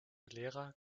lehrer